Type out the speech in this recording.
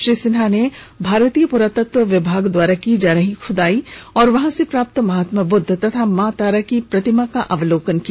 श्री सिन्हा ने भारतीय पुरातत्व विभाग द्वारा की जा रही खुदाई और वहां से प्राप्त महात्मा बुद्ध एवं मां तारा की प्रतिमा का अवलोकन किया